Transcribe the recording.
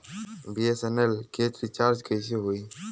BSNL के recharge कैसे होयी?